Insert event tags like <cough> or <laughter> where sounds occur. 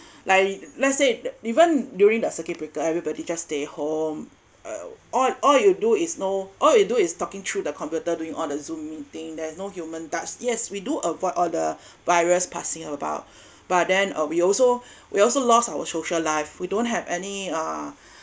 like let's say even during the circuit breaker everybody just stay home uh all all you do is no all you do is talking through the computer doing on a zoom meeting that no human touch yes we do avoid all the <breath> virus passing about <breath> but then uh we also <breath> we also lost our social life we don't have any uh